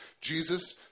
Jesus